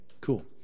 Cool